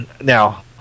Now